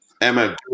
Emma